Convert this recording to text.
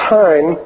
time